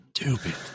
stupid